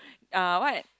uh what